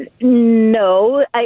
No